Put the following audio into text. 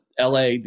LA